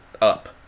up